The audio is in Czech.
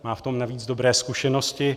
Má v tom navíc dobré zkušenosti.